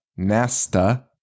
nasta